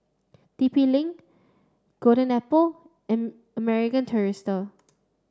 T P link Golden Apple and American Tourister